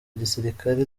gisilikari